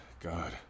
God